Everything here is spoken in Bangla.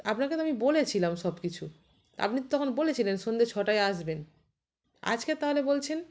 আপনাকে তো আমি বলেছিলাম সব কিছু তা আপনি তখন বলেছিলেন সন্ধে ছটায় আসবেন আজকে তাহলে বলছেন